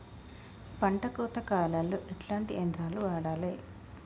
పంట కోత కాలాల్లో ఎట్లాంటి యంత్రాలు వాడాలే?